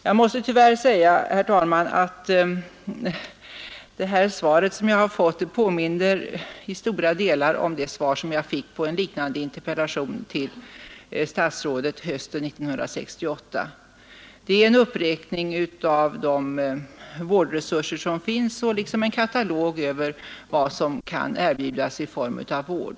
Jag måste tyvärr säga, herr talman, att det svar som jag i dag har fått i stora delar påminner om det svar som jag fick på en liknande interpellation till statsrådet hösten 1968. Det är en uppräkning av de vårdresurser som finns och en katalog över vad som kan erbjudas i form av vård.